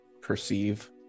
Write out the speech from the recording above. perceive